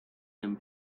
and